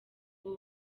ubu